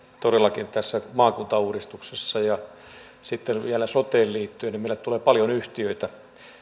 todellakin tässä maakuntauudistuksessa ja sitten vielä soteen liittyen meille tulee paljon yhtiöitä